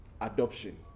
adoption